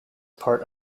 part